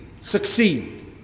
succeed